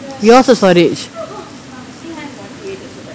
you also storage